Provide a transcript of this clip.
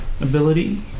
ability